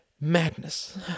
Madness